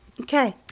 Okay